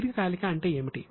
దీర్ఘకాలిక అంటే ఏమిటి